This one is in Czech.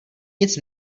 nic